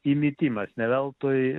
įmitimas ne veltui